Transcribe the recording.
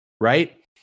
right